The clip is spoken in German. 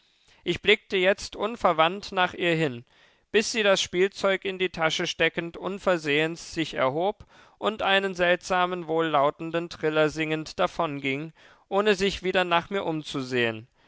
ich blickte jetzt unverwandt nach ihr hin bis sie das spielzeug in die tasche steckend unversehens sich erhob und einen seltsamen wohllautenden triller singend davonging ohne sich wieder nach mir umzusehen